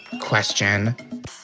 question